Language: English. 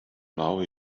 now